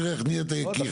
תראה איך נהיית יקיר.